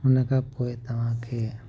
हुनखां पोइ तव्हांखे